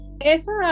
Esa